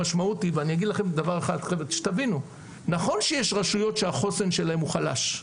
ואני אגיד לכם דבר אחד שתבינו: נכון שיש רשויות שהחוסן שלהן הוא חלש,